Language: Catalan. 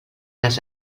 les